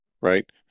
right